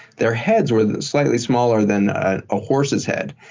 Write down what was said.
their heads were slightly smaller than a ah horse's head.